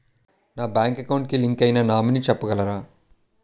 నా bank account కి link అయినా నామినీ చెప్పగలరా?